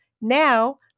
Now